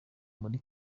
muri